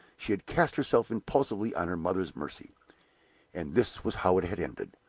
she had cast herself impulsively on her mother's mercy and this was how it had ended!